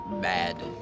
bad